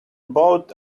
boat